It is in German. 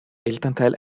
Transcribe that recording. elternteil